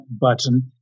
button